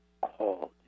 called